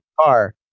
car